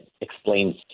explains